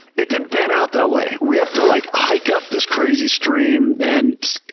it didn't pan out that way. we have to like hike up this crazy stream and,